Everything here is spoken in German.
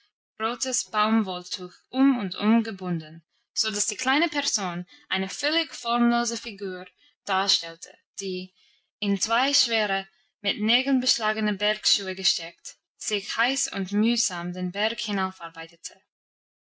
rotes baumwolltuch um und um gebunden so dass die kleine person eine völlig formlose figur darstellte die in zwei schwere mit nägeln beschlagene bergschuhe gesteckt sich heiß und mühsam den berg